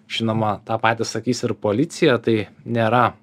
žinoma tą patį sakys ir policija tai nėra